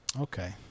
Okay